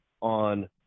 on